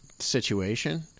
Situation